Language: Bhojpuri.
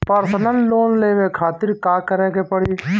परसनल लोन लेवे खातिर का करे के पड़ी?